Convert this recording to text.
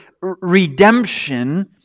redemption